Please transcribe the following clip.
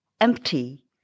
empty